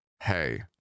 Hey